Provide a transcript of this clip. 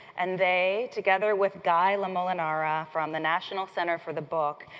and they, together with guy lamolinara from the national center for the book,